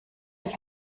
have